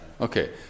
Okay